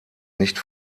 nicht